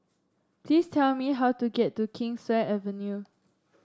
please tell me how to get to Kingswear Avenue